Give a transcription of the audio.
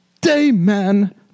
Dayman